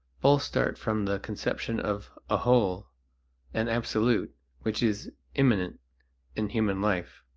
both start from the conception of a whole an absolute which is immanent in human life.